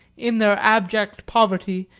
in their abject poverty,